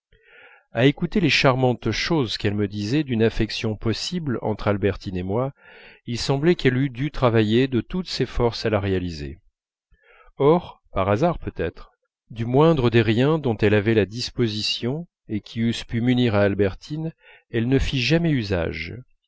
à écouter les charmantes choses qu'elle me disait d'une affection possible entre albertine et moi il semblait qu'elle eût dû travailler de toutes ses forces à la réaliser or par hasard peut-être du moindre des riens dont elle avait la disposition et qui eussent pu m'unir à albertine elle ne fit jamais usage